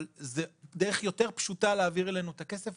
אבל זה דרך יותר פשוטה להעביר אלינו את הכסף.